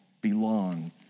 belong